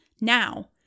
Now